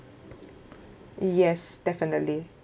yes definitely